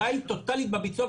הבעיה היא טוטאלית בביצוע,